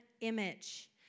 image